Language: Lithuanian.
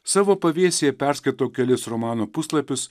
savo pavėsyje perskaitau kelis romano puslapius